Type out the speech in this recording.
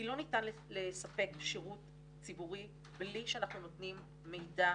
כי לא ניתן לספק שירות ציבורי בלי שאנחנו נותנים מידע